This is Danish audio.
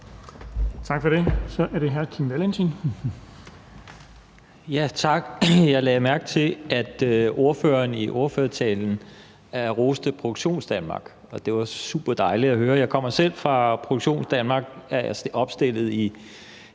Tak for det. Så er det hr. Kim Valentin. Kl. 14:47 Kim Valentin (V): Tak. Jeg lagde mærke til, at ordføreren i ordførertalen roste Produktionsdanmark. Det var superdejligt at høre. Jeg kommer selv fra Produktionsdanmark og er opstillet i